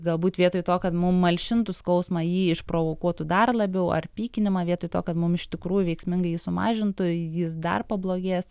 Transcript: galbūt vietoj to kad mum malšintų skausmą jį išprovokuotų dar labiau ar pykinimą vietoj to kad mum iš tikrųjų veiksmingai jį sumažintų jis dar pablogės